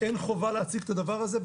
אין חובה להציג את הדבר הזה?